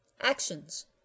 Actions